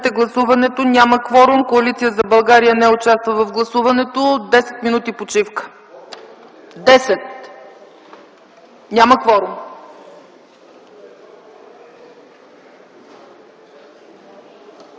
гласуването! Няма кворум. Коалиция за България не участва в гласуването. Десет минути почивка. (След почивката.)